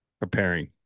preparing